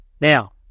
Now